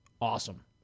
awesome